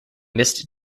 missed